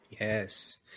Yes